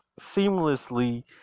seamlessly